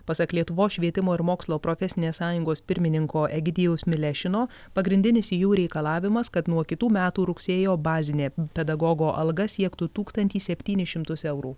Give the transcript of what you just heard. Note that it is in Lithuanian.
pasak lietuvos švietimo ir mokslo profesinės sąjungos pirmininko egidijaus milešino pagrindinis jų reikalavimas kad nuo kitų metų rugsėjo bazinė pedagogo alga siektų tūkstantį septynis šimtus eurų